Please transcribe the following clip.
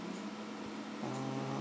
mm